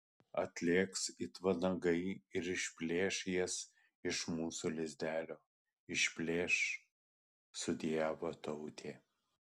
atlėks it vanagai ir išplėš jas iš mūsų lizdelio išplėš sudejavo tautė